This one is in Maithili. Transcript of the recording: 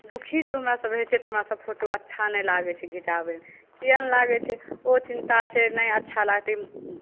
दुःखी जब हमरासभ रहै छियै तब हमरा सभकेँ फोटो अच्छा नहि लागै छै घिचाबयमे किएक नहि लागै छै ओ चिन्ता छै नहि अच्छा लागतै